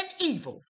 evil